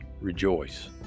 rejoice